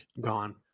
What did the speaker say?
gone